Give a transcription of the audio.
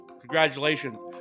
Congratulations